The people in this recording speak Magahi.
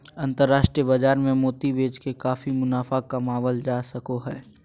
अन्तराष्ट्रिय बाजार मे मोती बेच के काफी मुनाफा कमावल जा सको हय